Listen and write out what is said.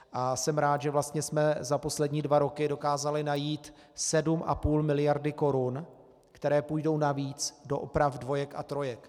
A jsem rád, že vlastně jsme za poslední dva roky dokázali najít 7,5 miliardy korun, které půjdou navíc do oprav dvojek a trojek.